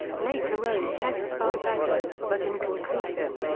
later road tests found better, but inconclusive,